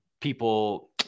people